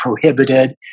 prohibited